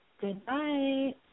Goodbye